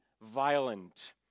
violent